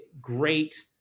great